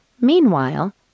Meanwhile